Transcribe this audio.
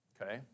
Okay